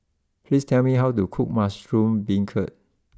please tell me how to cook Mushroom Beancurd